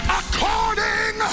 according